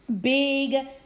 big